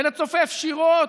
בצופף שורות,